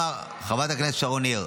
חברת הכנסת שרון ניר,